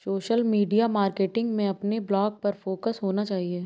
social media marketing में अपने blog पर फोकस होना चाहिए